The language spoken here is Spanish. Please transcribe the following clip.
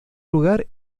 lugar